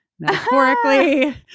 metaphorically